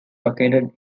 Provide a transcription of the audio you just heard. located